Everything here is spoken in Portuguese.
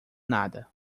nada